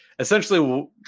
Essentially